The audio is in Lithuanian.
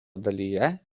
dalyje